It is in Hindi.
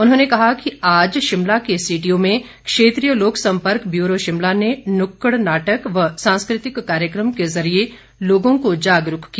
उन्होंने कहा कि आज शिमला के सीटीओ में क्षेत्रीय लोक संपर्क ब्यूरो शिमला ने नुक्कड़ नाटक व सांस्कृतिक कार्यक्रम के ज़रिए लोगों को जागरूक किया